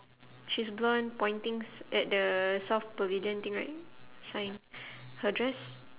she's blonde pointing s~ at the south pavilion thing right sign her dress